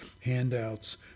handouts